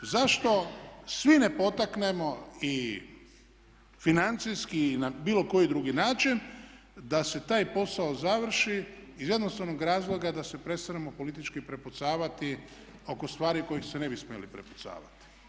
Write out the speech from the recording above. Zašto svi ne potaknemo i financijski i na bilo koji drugi način da se taj posao završi iz jednostavnog razloga da se prestanemo politički prepucavati oko stvari kojih se ne bi smjeli prepucavati.